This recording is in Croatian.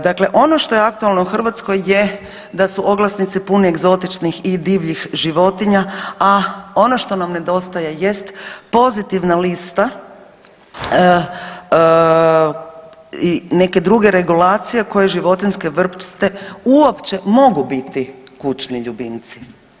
Dakle, ono što je aktualno u Hrvatskoj je da su oglasnici puni egzotičnih i divljih životinja, a ono što nam nedostaje jest pozitivna lista i neke druge regulacije koje životinjske vrste uopće mogu biti kućni ljubimci.